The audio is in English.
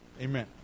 Amen